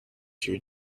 two